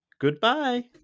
Goodbye